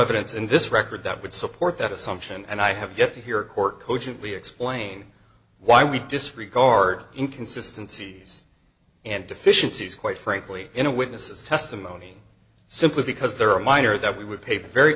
evidence in this record that would support that assumption and i have yet to hear court cogently explain why we disregard inconsistency and deficiencies quite frankly in a witness's testimony simply because there are minor that we would pay very